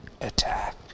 attack